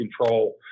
control